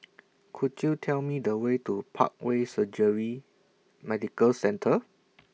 Could YOU Tell Me The Way to Parkway Surgery Medical Centre